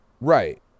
Right